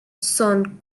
son